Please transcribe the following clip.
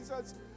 Jesus